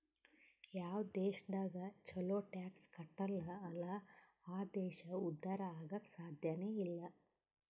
ಯಾವ್ ದೇಶದಾಗ್ ಛಲೋ ಟ್ಯಾಕ್ಸ್ ಕಟ್ಟಲ್ ಅಲ್ಲಾ ಆ ದೇಶ ಉದ್ಧಾರ ಆಗಾಕ್ ಸಾಧ್ಯನೇ ಇಲ್ಲ